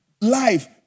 life